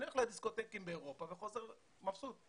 אני הולך לדיסקוטקים באירופה וחוזר מבסוט.